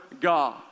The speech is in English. God